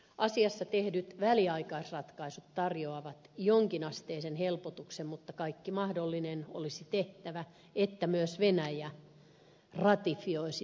asiassa tehdyt väliaikaisratkaisut tarjoavat jonkin asteisen helpotuksen mutta kaikki mahdollinen olisi tehtävä jotta myös venäjä ratifioisi tämän pöytäkirjan